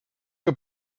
que